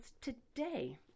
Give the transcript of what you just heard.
today